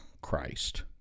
Christ